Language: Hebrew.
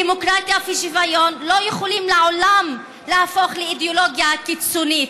דמוקרטיה ושוויון לא יכולים לעולם להפוך לאידיאולוגיה קיצונית.